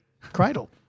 cradle